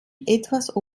etwas